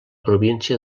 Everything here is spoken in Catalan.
província